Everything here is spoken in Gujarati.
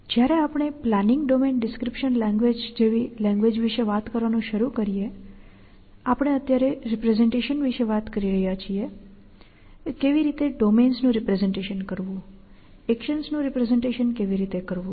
જ્યારે આપણે પ્લાનિંગ ડોમેન ડિસ્ક્રિપ્શન લેંગ્વેજ જેવી લેંગ્વેજ વિશે વાત કરવાનું શરૂ કરીએ આપણે રજૂઆત વિશે વાત કરી રહ્યા છીએ કેવી રીતે ડોમેન્સ નું રિપ્રેસેંટેશન કરવું એક્શન્સ નું રિપ્રેસેંટેશન કેવી રીતે કરવું